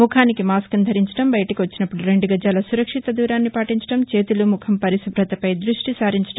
ముఖానికి మాస్కును ధరించడం బయటకు వచ్చినప్పుడు రెండు గజాల సురక్షిత దూరాన్ని పాటించడం చేతులు ముఖం పరిశుభతపై దృష్టి సారించడం